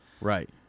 Right